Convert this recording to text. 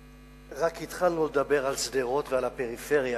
רק התחלנו לדבר על שדרות ועל הפריפריה,